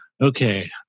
okay